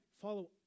follow